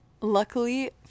luckily